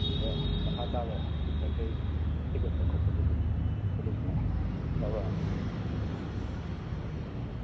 ꯑꯗꯨꯒ ꯃꯈꯥ ꯇꯥꯕ ꯀꯔꯤ ꯀꯔꯤ ꯊꯤꯒꯠꯄ ꯈꯣꯠꯄꯗꯨꯗꯤ ꯄꯨꯂꯤꯁꯅ ꯇꯧꯔꯛꯑꯅꯤ ꯎꯝ